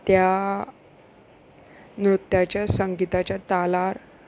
त्या नृत्याच्या संगीताच्या तालार